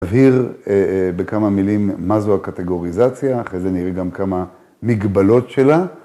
תבהיר בכמה מילים מה זו הקטגוריזציה, אחרי זה נראה גם כמה מגבלות שלה.